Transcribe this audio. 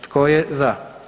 Tko je za?